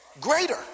Greater